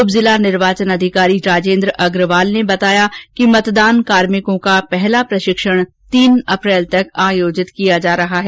उप जिला निर्वाचन अधिकारी राजेन्द्र अग्रवाल ने बताया कि मतदान कार्मिकों का पहला प्रशिक्षण तीन अप्रैल तक आयोजित किया जा रहा है